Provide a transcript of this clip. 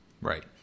Right